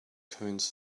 convince